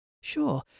Sure